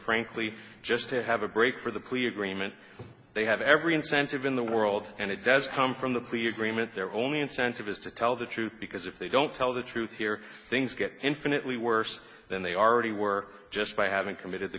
frankly just to have a break for the plea agreement they have every incentive in the world and it does come from the plea agreement their only incentive is to tell the truth because if they don't tell the truth here things get infinitely worse than they already were just by having committed the